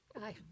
Aye